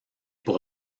pour